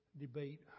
debate